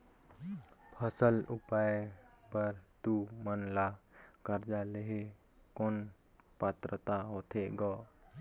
फसल उगाय बर तू मन ला कर्जा लेहे कौन पात्रता होथे ग?